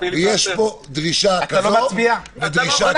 יש פה דרישה כזאת ודרישה כזאת - לכן,